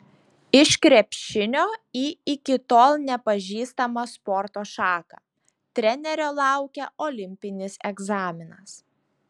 iš krepšinio į iki tol nepažįstamą sporto šaką trenerio laukia olimpinis egzaminas